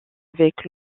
avec